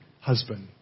husband